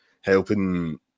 helping